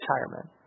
retirement